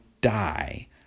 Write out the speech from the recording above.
die